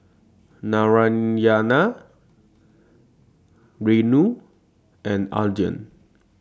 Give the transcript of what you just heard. Narayana Renu and Anand